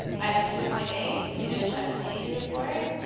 item two point eight, student trustee report.